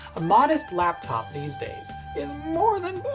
a modest laptops these days is more than.